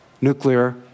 nuclear